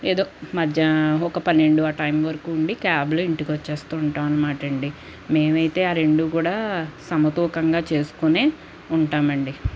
ఎదో మధ్యాహ్నం ఒక పన్నెండు ఆ టైం వరకు ఉండి క్యాబ్లో ఇంటికొచ్చేస్తూ ఉంటావనమాటండి మేమయితే ఆ రెండూ కూడా సమతూకంగా చేసుకొనే ఉంటామండి